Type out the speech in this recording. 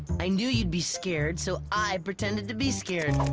i knew you'd be scared, so i pretended to be scared.